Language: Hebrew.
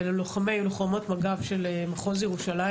ללוחמים וללוחמות מג"ב של מחוז ירושלים